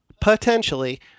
potentially